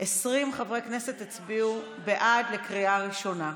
20 חברי כנסת הצביעו בעד בקריאה ראשונה.